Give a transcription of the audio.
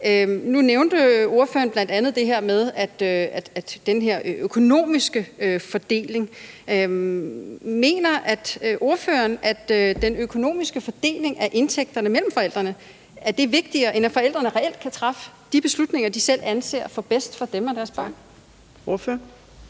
Nu nævnte ordføreren bl.a. det her med den økonomiske fordeling. Mener ordføreren, at den økonomiske fordeling af indtægterne mellem forældrene er vigtigere, end at forældrene reelt kan træffe de beslutninger, de selv anser for at være bedst for dem og deres børn? Kl.